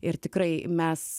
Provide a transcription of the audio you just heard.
ir tikrai mes